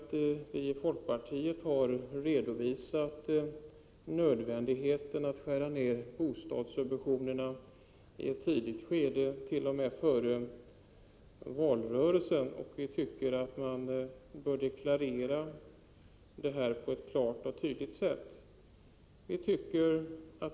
Vi har redovisat nödvändigheten av att skära ner bostadssubventionerna i ett tidigt skede, t.o.m. före valrörelsen. Vi tycker att man bör deklarera detta på ett klart och tydligt sätt.